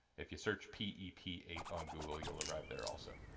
if you search p e p eight on google, you'll arrive there also.